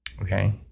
Okay